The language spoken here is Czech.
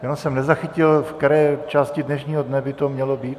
Jenom jsem nezachytil, v které části dnešního dne by to mělo být.